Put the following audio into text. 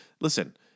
listen